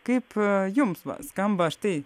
kaip jums va skamba štai